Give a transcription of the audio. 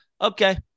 Okay